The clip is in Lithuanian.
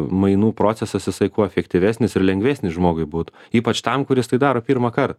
mainų procesas jisai kuo efektyvesnis ir lengvesnis žmogui būtų ypač tam kuris tai daro pirmąkart